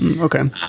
okay